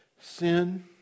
Sin